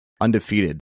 undefeated